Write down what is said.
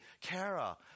kara